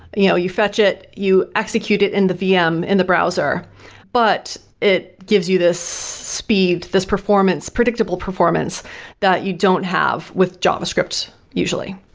you know, you fetch it, you execute it in the vm in the browser but, it gives you this speed, this performance, predictable performance that you don't have with java script usually